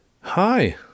Hi